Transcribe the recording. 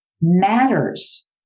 matters